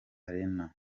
arena